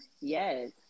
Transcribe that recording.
Yes